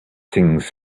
things